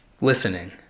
Listening